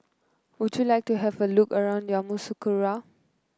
would you like to have a look around Yamoussoukro